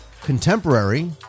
Contemporary